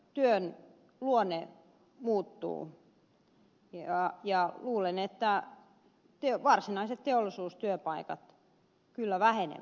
työn luonne muuttuu ja luulen että varsinaiset teollisuustyöpaikat kyllä vähenevät suomesta